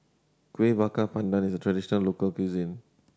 Kueh Bakar Pandan is a traditional local cuisine